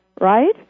right